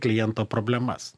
kliento problemas